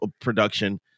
production